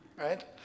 right